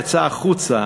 יצא החוצה,